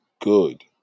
good